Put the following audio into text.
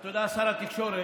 אתה יודע, שר התקשורת